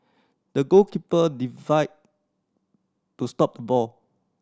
the goalkeeper divide to stop the ball